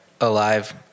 Alive